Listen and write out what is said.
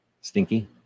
stinky